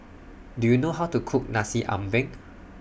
Do YOU know How to Cook Nasi Ambeng